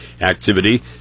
activity